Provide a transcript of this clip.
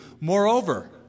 Moreover